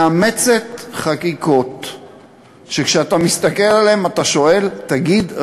מאמצת חקיקות שכשאתה מסתכל עליהן אתה שואל: תגיד,